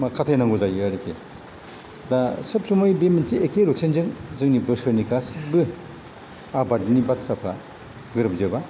मा खाथाय नांगौ जायो आरोकि दा सब समाय बे एखे रुटिनजों जोंनि बोसोरनि गासैबो आबादनि बाथ्राफ्रा गोरोबजोबा